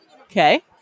Okay